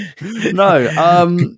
No